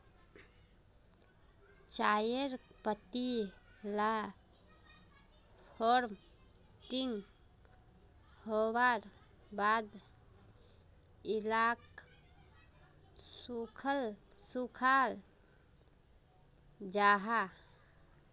चायर पत्ती ला फोर्मटिंग होवार बाद इलाक सुखाल जाहा